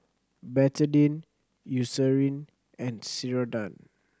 Betadine Eucerin and Ceradan